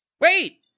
Wait